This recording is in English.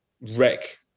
wreck